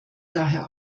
daher